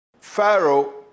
Pharaoh